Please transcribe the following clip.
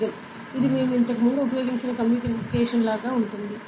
begin ఇది మేము ఇంతకు ముందు ఉపయోగించిన కమ్యూనికేషన్ లాగా ఉంటుంది